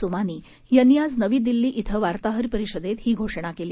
सोमानी यांनी आज नवी दिल्ली क्विं वार्ताहर परिषदेत ही घोषणा केली